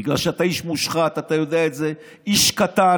בגלל שאתה איש מושחת, אתה יודע את זה, איש קטן,